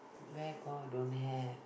where got don't have